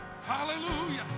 Hallelujah